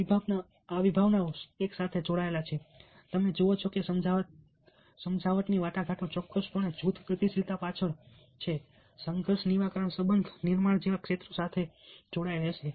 આ વિભાવનાઓ એકસાથે જોડાયેલા છે તમે જુઓ છો કે સમજાવટની વાટાઘાટો ચોક્કસપણે જૂથ ગતિશીલતા પાછળ સંઘર્ષ નિવારણ સંબંધ નિર્માણ જેવા ક્ષેત્રો સાથે જોડાયેલી હશે